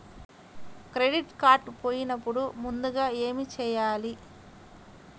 Credit card పోయినపుడు ముందుగా ఏమి చేయాలి?